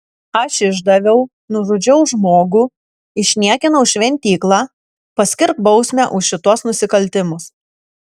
aš išdaviau nužudžiau žmogų išniekinau šventyklą paskirk bausmę už šituos nusikaltimus